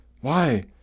Why